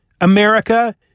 America